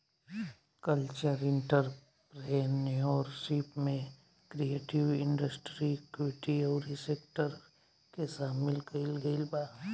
cultural entrepreneurship में creative industry activity अउरी sector के सामिल कईल गईल बा